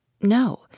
No